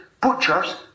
butchers